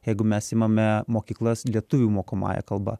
jeigu mes imame mokyklas lietuvių mokomąja kalba